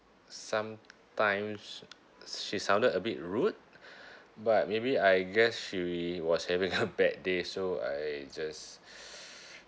sometimes sh~ she sounded a bit rude but maybe I guess she was having a bad day so I just